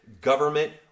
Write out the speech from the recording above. government